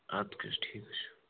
اَدٕ کیاہ حظ ٹھیٖک حظ چھُ